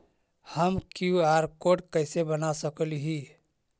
हम QR code कैसे बना सकली ही?